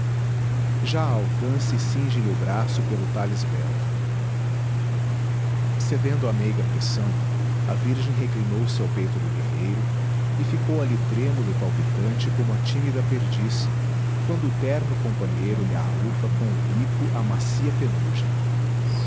alcança e cinge lhe o braço pelo talhe esbelto cedendo à meiga pressão a virgem reclinou-se ao peito do guerreiro e ficou ali trêmula e palpitante como a tímida perdiz quando o terno companheiro lhe arrufa com o bico a macia penugem